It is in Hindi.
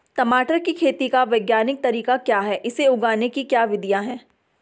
टमाटर की खेती का वैज्ञानिक तरीका क्या है इसे उगाने की क्या विधियाँ हैं?